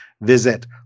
Visit